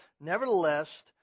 Nevertheless